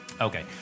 Okay